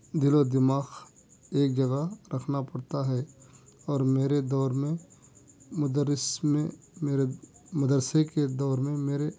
دل و دماغ ایک جگہ رکھنا پڑتا ہے اور میرے دور میں مدرس میں میرے مدرسے کے دور میں میرے